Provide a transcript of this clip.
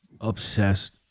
obsessed